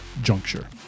juncture